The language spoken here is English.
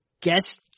guess